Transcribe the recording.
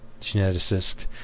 geneticist